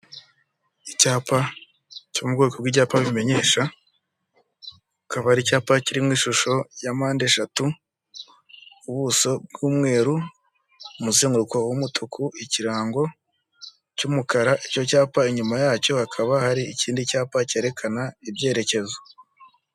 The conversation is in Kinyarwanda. Icyapa cyo mu bwoko bw'icyapa bimenyesha, kakaba ari cyapa kirimo ishusho ya mpandeshatu, ubuso bw'umweru, umuzenguruko w'umutuku, ikirango cy'umukara, icyo cyapa inyuma yacyo hakaba hari ikindi cyapa cyerekana ibyerekezo.